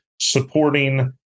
supporting